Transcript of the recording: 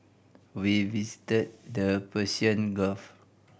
we visited the Persian Gulf